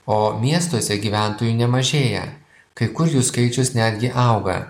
o miestuose gyventojų nemažėja kai kur jų skaičius netgi auga